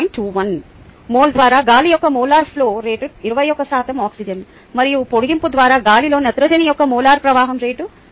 21 mole ద్వారా గాలి యొక్క మోలార్ ఫ్లో రేటు 21 శాతం ఆక్సిజన్ మరియు పొడిగింపు ద్వారా గాలిలో నత్రజని యొక్క మోలార్ ప్రవాహం రేటు 0